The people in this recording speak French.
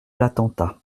l’attentat